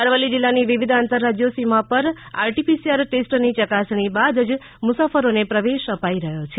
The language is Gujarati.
અરવલ્લી જીલ્લાની વિવિધ આતંરારાજ્યો સીમા પર આરટીપીસીઆર ટેસ્ટની ચકાસણી બાદ મુસાફરોને પ્રવેશ અપાઇ રહ્યો છે